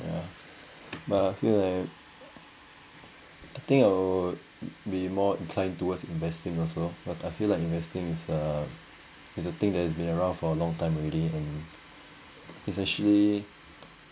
ya but I feel like I'll be more inclined towards investing also cause I feel like investing is a is a thing that has been around for a long time already and it's actually